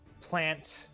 plant